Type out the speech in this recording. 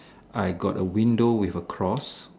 I got a window with a cross